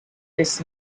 this